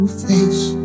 face